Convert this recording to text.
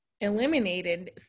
eliminated